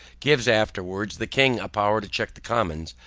gives afterwards the king a power to check the commons,